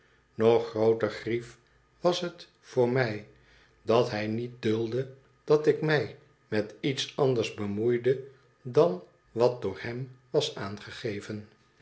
nog grooter grief was het voor mij dat hij niet duldde dat ik mij met iets anders bemoeide dan wat door hem was aangegeven